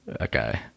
Okay